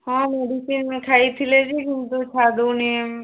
ହଁ ମେଡ଼ିସିନ୍ ଖାଇଥିଲେ ଯେ କିନ୍ତୁ ଛାଡ଼ୁନି